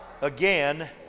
again